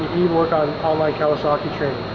work on on-line kawasaki training.